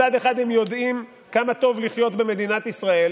מצד אחד הם יודעים כמה טוב לחיות במדינת ישראל,